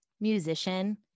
musician